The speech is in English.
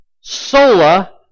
Sola